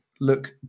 look